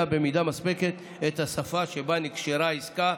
במידה מספקת את השפה שבה נקשרה העסקה,